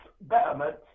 betterment